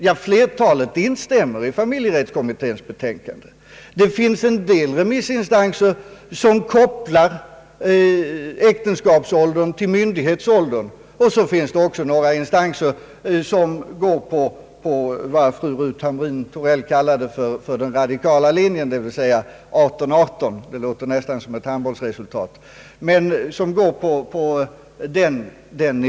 Jo, flertalet instämmer i vad som sägs i familjerättskommitténs betänkande. En del remissinstanser kopplar äktenskapsåldern till myndighetsåldern. Det finns också några instanser som går på vad fru Hamrin-Thorell kallade den radikala linjen, dvs. 18—18 — det låter nästan som ett handbollsresultat.